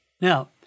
Now